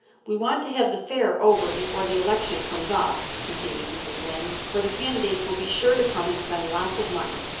we want to have the fair over before the election comes off, continued mrs. lynde, for the candidates will be sure to come and spend lots of money.